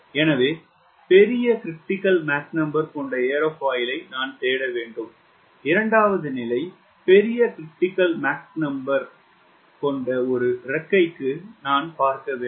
எனவே பெரிய Mcritical கொண்ட ஏரோஃபாயிலை நான் தேட வேண்டும் இரண்டாவது நிலை பெரிய Mcritical கொண்ட ஒரு இறக்கைக்கு நான் பார்க்க வேண்டும்